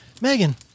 Megan